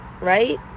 right